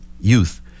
youth